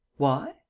why?